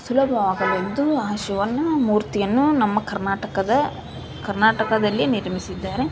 ಸುಲಭವಾಗಲೆಂದು ಆ ಶಿವನ ಮೂರ್ತಿಯನ್ನು ನಮ್ಮ ಕರ್ನಾಟಕದ ಕರ್ನಾಟಕದಲ್ಲಿ ನಿರ್ಮಿಸಿದ್ದಾರೆ